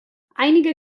einige